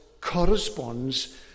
corresponds